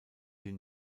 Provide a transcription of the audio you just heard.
sie